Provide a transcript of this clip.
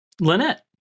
Lynette